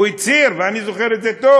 הוא הצהיר, ואני זוכר את זה טוב.